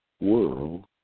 World